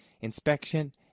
inspection